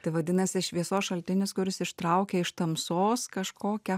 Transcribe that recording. tai vadinasi šviesos šaltinis kuris ištraukia iš tamsos kažkokią